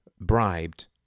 bribed